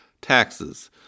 taxes